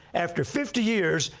after fifty years,